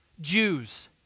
Jews